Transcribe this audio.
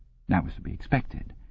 that was to be expected,